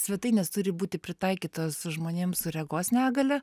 svetainės turi būti pritaikytos žmonėm su regos negalia